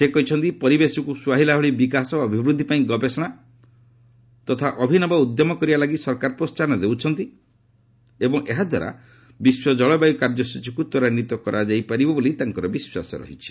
ସେ କହିଛନ୍ତି ପରିବେଶକୁ ସୁହାଇଲା ଭଳି ବିକାଶ ଓ ଅଭିବୃଦ୍ଧି ପାଇଁ ଗବେଷଣା ତଥା ଅଭିନବ ଉଦ୍ୟମ କରିବା ଲାଗି ସରକାର ପ୍ରୋହାହନ ଦେଉଛନ୍ତି ଏବଂ ଏହା ଦ୍ୱାରା ବିଶ୍ୱ ଜଳବାୟୁ କାର୍ଯ୍ୟସ୍ଟଚୀକୁ ତ୍ୱରାନ୍ୱିତ କରାଯାଇ ପାରିବ ବୋଲି ତାଙ୍କର ବିଶ୍ୱାସ ରହିଛି